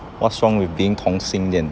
what's wrong with being 同性恋